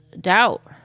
doubt